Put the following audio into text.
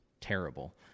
terrible